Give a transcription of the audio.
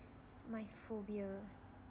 my phobia